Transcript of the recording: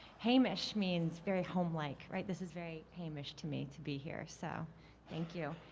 hamish means very homelike, right, this is very hamish to me to be here, so thank you.